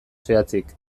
zehatzik